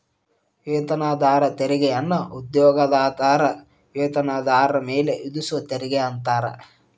ವೇತನದಾರ ತೆರಿಗೆಯನ್ನ ಉದ್ಯೋಗದಾತರ ವೇತನದಾರ ಮೇಲೆ ವಿಧಿಸುವ ತೆರಿಗೆ ಅಂತಾರ